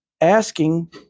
asking